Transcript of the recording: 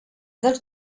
dels